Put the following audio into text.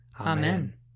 Amen